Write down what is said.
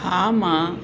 हा मां